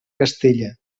castella